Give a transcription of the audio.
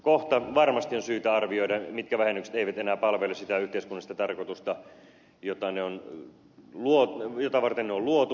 kohta varmasti on syytä arvioida mitkä vähennykset eivät enää palvele sitä yhteiskunnallista tarkoitusta jota varten ne on luotu